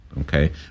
Okay